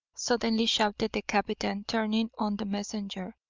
suddenly shouted the captain, turning on the messenger.